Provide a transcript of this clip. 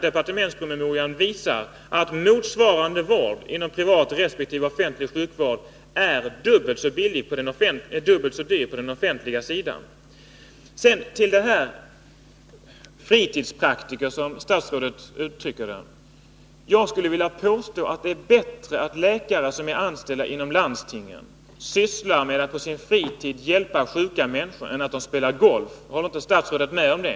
Departementspromemorian visar att motsvarande vård inom privat resp. offentlig sjukvård kostar dubbelt så mycket på den offentliga sidan. Vad sedan gäller dem som statsrådet kallade fritidspraktiker skulle jag vilja påstå att det är bättre att läkare som är anställda inom landstingen på sin fritid hjälper sjuka människor än att de spelar golf. Håller inte statsrådet med om det?